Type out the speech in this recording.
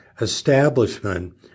establishment